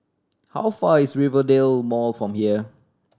how far is Rivervale Mall from here